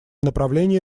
направлении